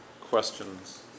questions